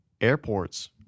airports